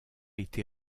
été